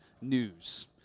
news